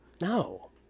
No